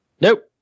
Nope